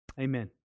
Amen